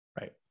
right